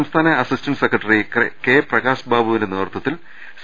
സംസ്ഥാന assistant secretary K പ്രകാശ്ബാബുവിന്റെ നേതൃ ത്വത്തിൽ സി